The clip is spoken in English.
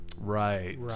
Right